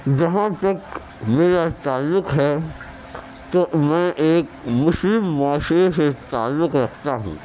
جہاں تک میرا تعلق ہے تو میں ایک مسلم معاشرے سے تعلق رکھتا ہوں